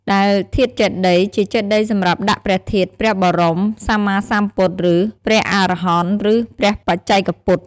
ដែលធាតុចេតិយ ជាចេតិយសម្រាប់ដាក់ព្រះធាតុព្រះបរម សម្មាសម្ពុទ្ធ ឬ ព្រះអរហន្ត ឬ ព្រះបច្ចេកពុទ្ធ។